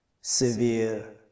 severe